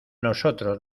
nosotros